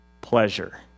pleasure